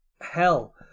hell